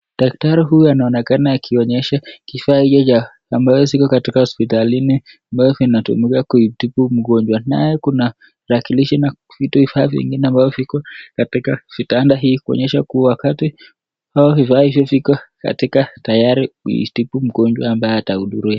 Daktari huyu anaonekana akionyesha kifaa hiki cha ambacho kiko katika hospitalini ambacho kinatumika kutibu mgonjwa. Naye kuna rakilishi na vifaa vingine ambavyo viko katika kitanda hii kuonyesha kuwa wakati hivi viko katika tayari kutibu mgonjwa ambaye atahudumiwa.